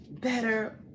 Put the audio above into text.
better